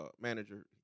manager